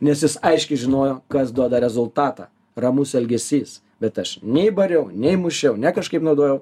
nes jis aiškiai žinojo kas duoda rezultatą ramus elgesys bet aš nei bariau nei mušiau ne kažkaip naudojau